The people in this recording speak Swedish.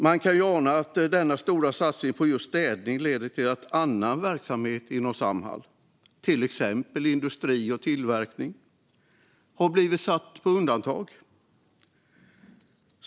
Man kan ana att denna stora satsning på just städning har lett till att annan verksamhet inom Samhall, till exempel industri och tillverkning, blivit satt på undantag.